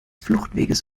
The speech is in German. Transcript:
fluchtwegs